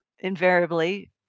Invariably